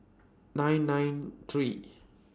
nine nine three